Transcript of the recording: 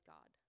God